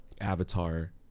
avatar